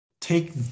take